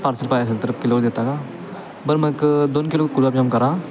parcel पाहिजे असेल तर किलोवर देता का बरं मग दोन किलो गुलाबजाम करा